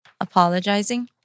apologizing